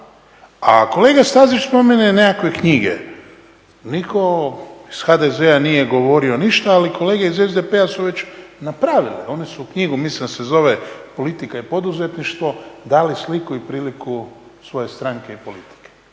A kolega Stazić spominje nekakve knjige. Nitko iz HDZ-a nije govorio ništa, ali kolege iz SDP-a su već napravili, oni su knjigu, mislim da se zove "Politika i poduzetništvo" dali sliku i priliku svoje stranke i politike.